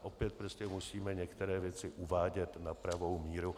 Opět prostě musíme některé věci uvádět na pravou míru.